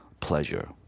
pleasure